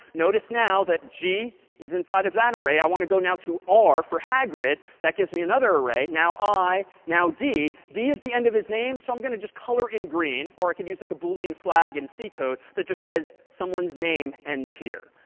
notice now that g is inside of that array. i want to go now to r for hagrid. that gives me another array. now i, now d. d is the end of his name. so i'm going to just color in green, or i can use like a boolean flag in c code that just says someone's name ends here.